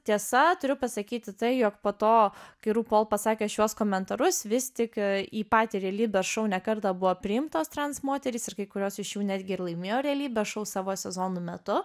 tiesa turiu pasakyti tai jog po to kai rū pol pasakė šiuos komentarus vis tik į patį realybės šou ne kartą buvo priimtos trans moterys ir kai kurios iš jų netgi ir laimėjo realybės šou savo sezonų metu